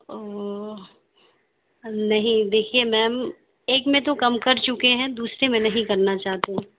اوہ نہیں دیکھیے میم ایک میں تو کم کرچکے ہیں دوسرے میں نہیں کرنا چاہتے ہیں